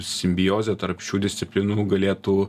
simbiozė tarp šių disciplinų galėtų